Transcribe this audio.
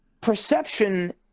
perception